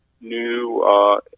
new